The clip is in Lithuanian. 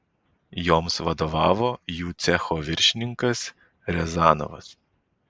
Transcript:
joms vadovavo jų cecho viršininkas riazanovas